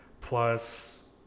Plus